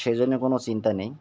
সেইজন্য কোনো চিন্তা নেই